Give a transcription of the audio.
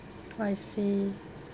I see